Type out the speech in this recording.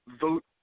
vote